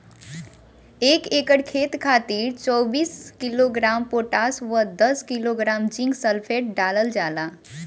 एक एकड़ खेत खातिर चौबीस किलोग्राम पोटाश व दस किलोग्राम जिंक सल्फेट डालल जाला?